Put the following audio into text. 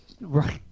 Right